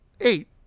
eight